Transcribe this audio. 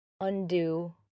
undo